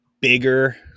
bigger